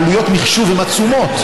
עלויות המחשוב הן עצומות,